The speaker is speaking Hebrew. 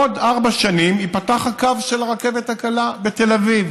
עוד ארבע שנים ייפתח הקו של הרכבת הקלה בתל אביב,